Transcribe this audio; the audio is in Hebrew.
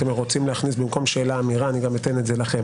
אתם רוצים להכניס במקום שאלה אמירה אני גם אתן את זה לכם,